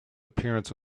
appearance